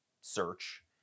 search